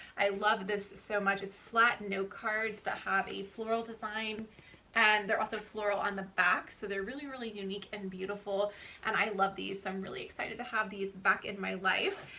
i love this so much. it's flat note cards that have a floral design and they're also floral on the back, so they're really, really unique and beautiful and i love these, so i'm really excited to have these back in my life.